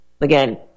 again